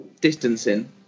distancing